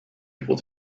able